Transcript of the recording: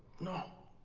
no.